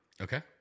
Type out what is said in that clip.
Okay